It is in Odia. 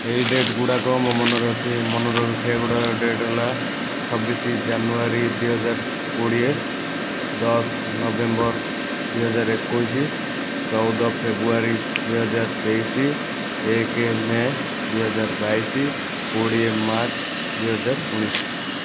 ଏଇ ଡେଟ୍ ଗୁଡ଼ାକ ମୋ ମନରେ ଅଛି ମନେ ରଖିବା ଗୁଡ଼ିକ ଡେଟ୍ ହେଲା ଛବିଶ ଜାନୁଆରୀ ଦୁଇ ହଜାର କୋଡ଼ିଏ ଦଶ ନଭେମ୍ବର ଦୁଇ ହଜାର ଏକୋଇଶ ଚଉଦ ଫେବୃଆରୀ ଦୁଇ ହଜାର ତେଇଶ ଏକ ମେ' ଦୁଇ ହଜାର ବାଇଶ କୋଡ଼ିଏ ମାର୍ଚ୍ଚ ଦୁଇ ହଜାର ଉଣେଇଶ